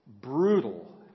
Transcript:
brutal